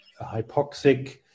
hypoxic